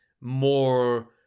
more